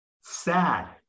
sad